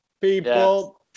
people